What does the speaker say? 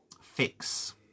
fix